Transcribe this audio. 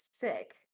sick